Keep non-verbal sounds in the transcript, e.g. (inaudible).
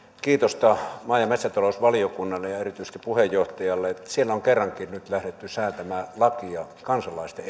kiitosta maa ja metsätalousvaliokunnalle ja erityisesti puheenjohtajalle että siellä on nyt kerrankin lähdetty säätämään lakia kansalaisten (unintelligible)